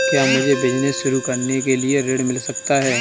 क्या मुझे बिजनेस शुरू करने के लिए ऋण मिल सकता है?